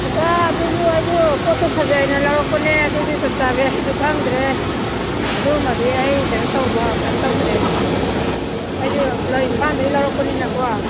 ꯀꯀꯥ ꯑꯗꯨꯁꯨ ꯑꯩꯁꯨ ꯄꯣꯠꯇꯣ ꯐꯖꯩꯅ ꯂꯧꯔꯀꯄꯅꯦ ꯑꯗꯨꯗꯤ ꯆꯞ ꯆꯥꯕꯤ ꯑꯩꯁꯨ ꯈꯪꯗ꯭ꯔꯦ ꯑꯗꯨꯃꯗꯤ ꯑꯩ ꯀꯩꯅꯣ ꯇꯧꯕ ꯀꯩꯅꯣ ꯇꯧꯗ꯭ꯔꯦ ꯑꯩꯁꯨ ꯄꯨꯂꯞ ꯏꯝꯐꯥꯜꯗꯒꯤ ꯂꯧꯔꯛꯄꯅꯤꯅꯀꯣ